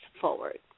forward